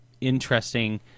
interesting